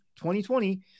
2020